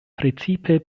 precipe